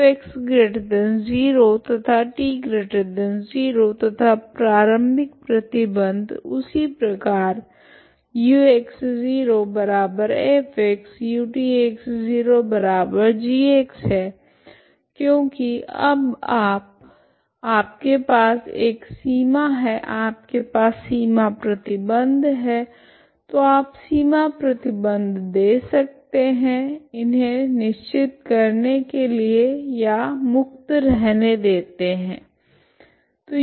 तो x0 तथा t0 तथा प्रारम्भिक प्रतिबंध उसी प्रकार u x 0f ut x 0g है क्योकि अब आप आपके पास एक सीमा है आपके पास सीमा प्रतिबंध है तो आप सीमा प्रतिबंध दे सकते है इन्हे निश्चित करने के लिए या मुक्त रहने देते है